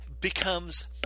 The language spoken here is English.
becomes